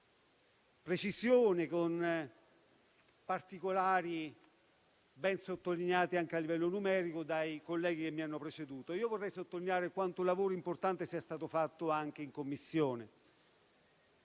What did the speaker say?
precisione e con particolari ben sottolineati anche a livello numerico dai colleghi che mi hanno preceduto. Io vorrei sottolineare quanto lavoro importante sia stato fatto anche in Commissione.